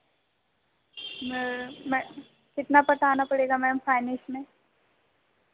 ह्म्म मैं कितना पटाना पड़ेगा मैम फायनेंस में